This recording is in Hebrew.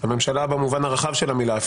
הממשלה במובן הרחב של המילה.